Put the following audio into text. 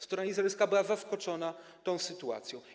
Strona izraelska była zaskoczona tą sytuacją.